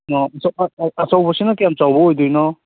ꯑ ꯑꯆꯧꯕꯁꯤꯅ ꯀꯌꯥꯝ ꯆꯥꯎꯕ ꯑꯣꯏꯗꯣꯏꯅꯣ